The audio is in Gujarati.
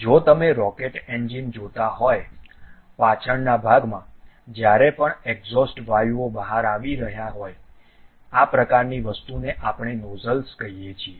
જો તમે રોકેટ એન્જિન જોતા હોય પાછળના ભાગમાં જ્યાંરે પણ એક્ઝોસ્ટ વાયુઓ બહાર આવી રહ્યા હોય આ પ્રકારની વસ્તુ ને આપણે નોઝલ્સ કહીએ છીએ